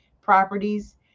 properties